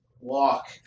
walk